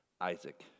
Isaac